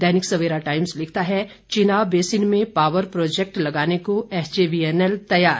दैनिक Savera times लिखता है Chenab basin में पावर प्रोजैक्ट लगाने को एसजेवीएनएल तैयार